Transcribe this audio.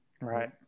right